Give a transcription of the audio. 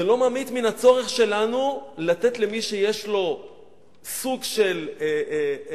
זה לא ממעיט מן הצורך שלנו לתת למי שיש לו סוג של חוסר,